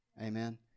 Amen